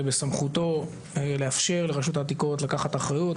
בסמכותו לאפשר לרשות העתיקות לקחת אחריות,